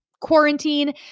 quarantine